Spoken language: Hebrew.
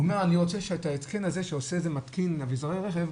הוא אומר שהוא רוצה שאת ההתקן הזה שעושה מתקין אביזרי רכב,